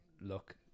look